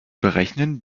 berechnen